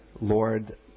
Lord